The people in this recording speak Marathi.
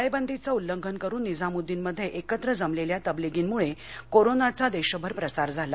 टाळेबंदीचं उल्लंघन करून निझामुद्दीन मध्ये एकत्र जमलेल्या तबलिगींमुळं कोरोनाचा देशभर प्रसार झाला